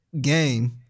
Game